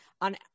on